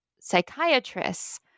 psychiatrists